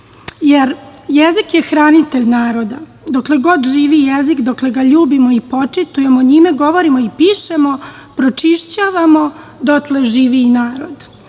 jer jezik je hranitelj naroda dokle god živi, dokle ga ljubimo i počitujemo, njime govorimo i pišemo, pročišćavamo, dotle živi i narod. Ovde